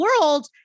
world